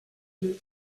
une